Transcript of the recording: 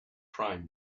crime